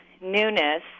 newness